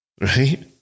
right